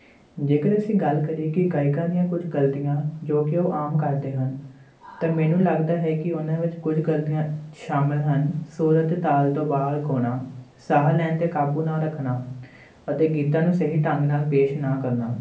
ਜੇਕਰ ਅਸੀਂ ਗੱਲ ਕਰੀਏ ਕਿ ਗਾਇਕਾਂ ਦੀਆਂ ਕੁਝ ਗਲਤੀਆਂ ਜੋ ਕਿ ਉਹ ਆਮ ਕਰਦੇ ਹਨ ਤਾਂ ਮੈਨੂੰ ਲੱਗਦਾ ਹੈ ਕਿ ਉਹਨਾਂ ਵਿੱਚ ਕੁਝ ਗਲਤੀਆਂ ਸ਼ਾਮਿਲ ਹਨ ਸੁਰ ਅਤੇ ਤਾਲ ਤੋਂ ਬਾਹਰ ਗਾਉਣਾ ਸਾਹ ਲੈਣ 'ਤੇ ਕਾਬੂ ਨਾ ਰੱਖਣਾ ਅਤੇ ਗੀਤਾਂ ਨੂੰ ਸਹੀ ਢੰਗ ਨਾਲ ਪੇਸ਼ ਨਾ ਕਰਨਾ